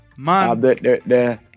Man